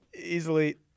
easily